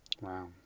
Wow